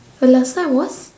uh last time was